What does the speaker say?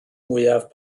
mwyaf